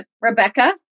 Rebecca